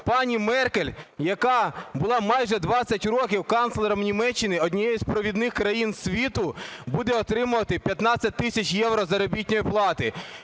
пані Меркель, яка була майже 20 років канцлером Німеччини – однієї з провідних країн світу, буде отримувати 15 тисяч євро заробітної плати.